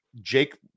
Jake